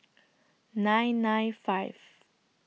nine nine five